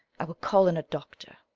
i will call in a doctor.